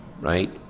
right